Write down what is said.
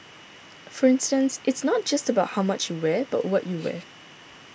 for instance it's not just about how much you wear but what you wear